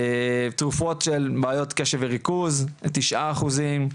תרופות של בעיות קשב וריכוז תשעה אחוזים,